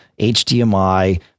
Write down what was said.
HDMI